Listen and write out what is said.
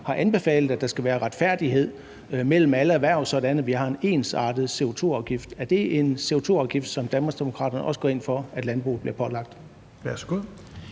har jo anbefalet, at der skal være retfærdighed mellem alle erhverv, sådan at vi har en ensartet CO2-afgift. Er det en CO2-afgift, som Danmarksdemokraterne også går ind for at landbruget bliver pålagt?